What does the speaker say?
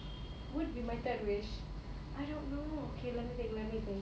would be my third wish I don't know okay let me think let me think